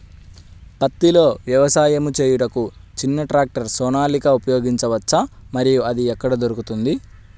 పత్తిలో వ్యవసాయము చేయుటకు చిన్న ట్రాక్టర్ సోనాలిక ఉపయోగించవచ్చా మరియు అది ఎక్కడ దొరుకుతుంది?